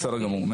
בסדר גמור.